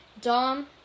Dom